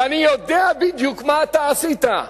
ואני יודע בדיוק מה אתה עשית,